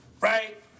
right